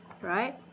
right